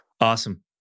Awesome